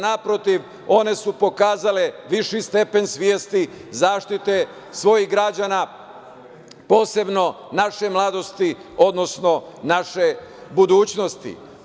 Naprotiv, one su pokazale viši stepen svesti zaštite svojih građana, posebno naše mladosti, odnosno naše budućnosti.